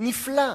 נפלא.